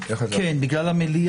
ברכת יישר כוח למשטרת ישראל על כל העשייה